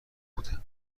بوده